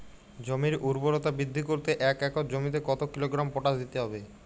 জমির ঊর্বরতা বৃদ্ধি করতে এক একর জমিতে কত কিলোগ্রাম পটাশ দিতে হবে?